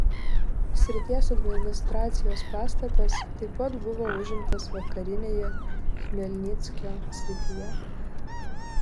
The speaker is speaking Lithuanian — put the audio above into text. srities administracijos pastatas taip pat buvo užimtas vakarinėje chmelnyckio srityje